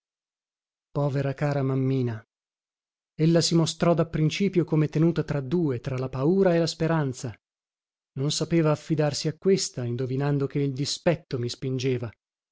povera cara mammina ella si mostrò dapprincipio come tenuta tra due tra la paura e la speranza non sapeva affidarsi a questa indovinando che il dispetto mi spingeva